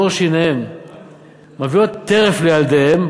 בעור שיניהן מביאות טרף לילדיהן,